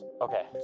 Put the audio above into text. Okay